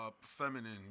feminine